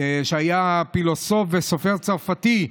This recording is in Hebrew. שהיה פילוסוף וסופר צרפתי: